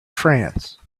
france